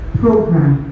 program